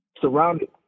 surrounded